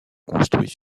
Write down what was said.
construit